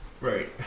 Right